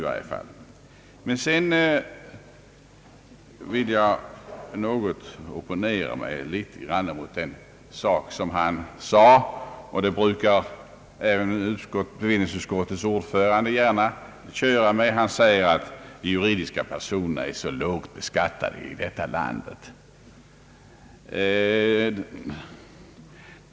Däremot vill jag i någon mån opponera mig mot ett annat uttalande av herr Wärnberg — och jag tror att bevillningsutskottets ordförande också brukar föra fram detta — nämligen att de juridiska personerna är så lågt beskattade i vårt land.